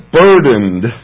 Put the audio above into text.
burdened